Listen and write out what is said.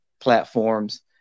platforms